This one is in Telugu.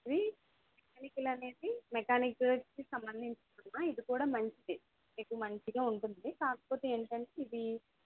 ఇది మెకానికల్ అనేది మెకానిక్ సంబంధించింది అమ్మా ఇది కూడా మంచిదే నీకు మంచిగా ఉంటుంది కాకపోతే ఏంటి ఇది